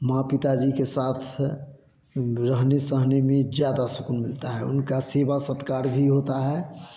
माँ पिताजी के साथ रहने सहने में ज़्यादा सुकून मिलता है उनका सेवा सत्कार भी होता है